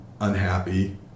unhappy